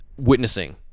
witnessing